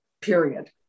period